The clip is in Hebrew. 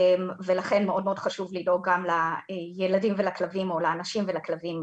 ולכן מאוד מאוד חשוב לדאוג גם לילדים ולכלבים או לאנשים ולכלבים,